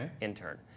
intern